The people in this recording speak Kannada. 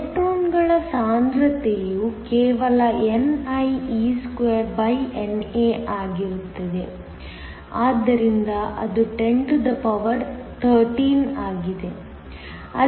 ಎಲೆಕ್ಟ್ರಾನ್ಗಳ ಸಾಂದ್ರತೆಯು ಕೇವಲ nie2NA ಆಗಿರುತ್ತದೆ ಆದ್ದರಿಂದ ಅದು 103 ಆಗಿದೆ